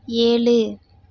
ஏழு